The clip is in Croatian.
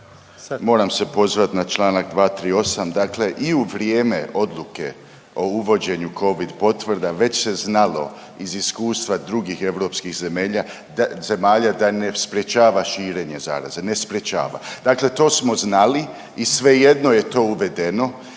Moram se pozvati na Članak 238., dakle i u vrijeme odluke o uvođenju Covid potvrda već se znalo iz iskustva drugih europskih zemelja, zemalja da ne sprječava širenje zaraze, ne sprječava. Dakle, to smo znali i svejedno je to uvedeno